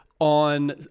on